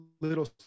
little